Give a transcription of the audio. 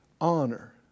Honor